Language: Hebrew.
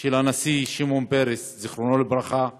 של הנשיא שמעון פרס, זיכרונו לברכה,